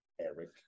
eric